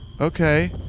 Okay